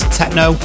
techno